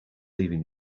even